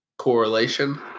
correlation